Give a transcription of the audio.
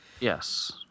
Yes